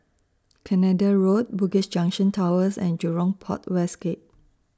Canada Road Bugis Junction Towers and Jurong Port West Gate